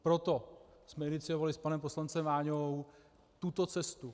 Proto jsme iniciovali s panem poslancem Váňou tuto cestu.